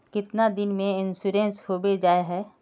कीतना दिन में इंश्योरेंस होबे जाए है?